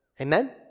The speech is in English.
Amen